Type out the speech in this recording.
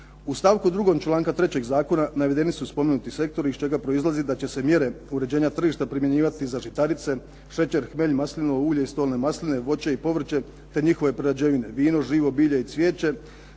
U stavku 2. članka 3. zakona navedeni su spomenuti sektori iz čega proizlazi da će se mjere uređenja tržišta primjenjivati za žitarice, šećer, hmelj, maslinovo ulje i stolne masline, voće i povrće te njihove prerađevine, vino, živo bilje i cvijeće,